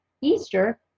Easter